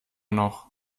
noch